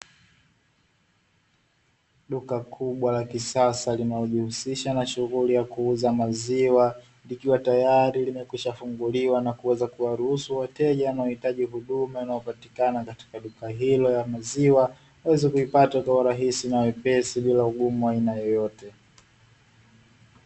Duka kubwa la kisasa linalojihusisha na shughuli ya kuuza maziwa, likiwa tayari limekwishafunguliwa na kuwaruhusu wateja wanaohitaji huduma inayopatikana katika duka hilo la maziwa waweze kuipata kwa urahisi na wepesi bila ugumu wa aina yeyote.